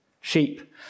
Sheep